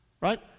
right